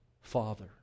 father